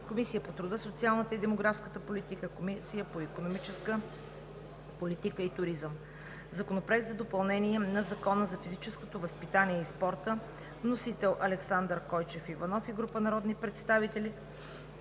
Комисията по труда, социалната и демографската политика, Комисията по икономическата политика и туризъм. Закон за допълнение на Закона за физическото възпитание и спорта, вносител е Александър Койчев Иванов и група народни представители.